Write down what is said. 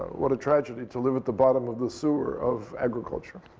what a tragedy to live at the bottom of the sewer of agriculture.